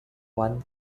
one